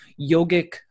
yogic